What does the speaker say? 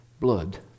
blood